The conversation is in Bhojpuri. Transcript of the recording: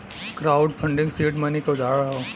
क्राउड फंडिंग सीड मनी क उदाहरण हौ